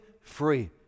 free